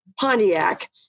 Pontiac